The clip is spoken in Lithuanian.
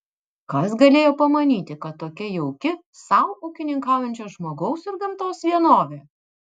kas galėjo pamanyti kad tokia jauki sau ūkininkaujančio žmogaus ir gamtos vienovė